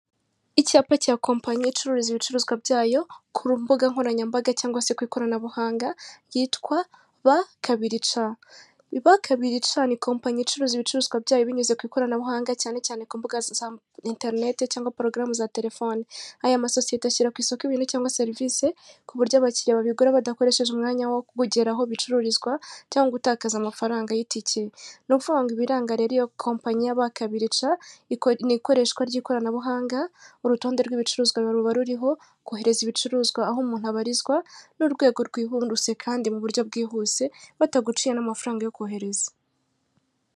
Icyapa cya kompanyi icuruza ibicuruzwa byayo ku mbuga nkoranyambaga cyangwa se ku ikoranabuhanga yitwa ba kabirica. Ba kabiri cana ni ikompanyi icuruza ibicuruzwa byayo binyuze ku ikoranabuhanga cyane cyane ku mbuga za interinete cyangwa porogaramu za telefoni. Aya masosiye ashyira ku isoko ibintu cyangwa serivisi ku buryo abakiliriya babigura badakoresheje umwanya wo kugera aho bicururizwa cyangwa gutakaza amafaranga y'itike. Ni ukuvuga ngo ibiranga rero iyo kompanyi ya ba kabiri ca ikora, ni ikoreshwa ry'ikoranabuhanga, urutonde rw'ibicuruzwa ruba ruriho, kohereza ibicuruzwa aho umuntu abarizwa n'urwego rwihuse kandi mu buryo bwihuse bataguciyemo amafaranga yo kohereza.